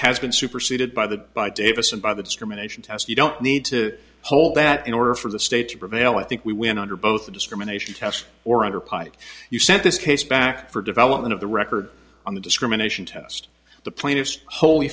has been superseded by the by davis and by the discrimination test you don't need to hold that in order for the state to prevail i think we win under both the discrimination test or under pike you sent this case back for development of the record on the discrimination test the plaintiffs whol